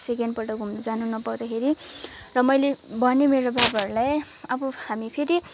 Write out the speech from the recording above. सेकेन्डपल्ट घुम्नु जानु नपाउँदाखेरि र मैले भने मेरो बाबाहरूलाई अब हामी फेरि